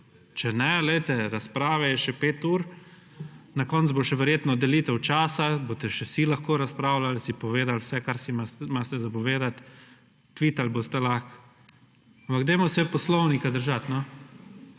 Če ne poglejte razprave je še 5 ur na koncu bo še verjetno delitev časa boste še vsi lahko razpravljali si povedali vse, kar si imate za povedati, tvitati boste lahko, ampak dajmo se Poslovnika držati.